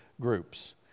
groups